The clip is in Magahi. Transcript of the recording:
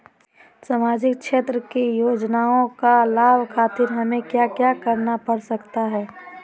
सामाजिक क्षेत्र की योजनाओं का लाभ खातिर हमें क्या क्या करना पड़ सकता है?